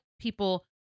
people